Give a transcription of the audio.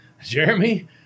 Jeremy